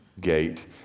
gate